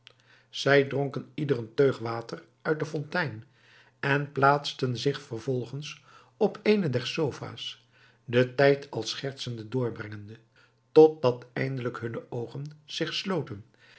zij dronken ieder eene teug water uit de fontein en plaatsten zich vervolgens op eene der sofa's den tijd al schertsende doorbrengende totdat eindelijk hunne oogen zich sloten